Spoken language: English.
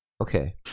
Okay